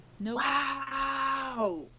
Wow